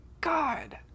God